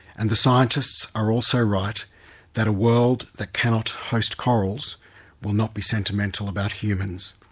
and the scientists are also right that a world that cannot host corals will not be sentimental about humans.